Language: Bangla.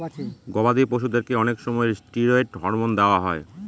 গবাদি পশুদেরকে অনেক সময় ষ্টিরয়েড হরমোন দেওয়া হয়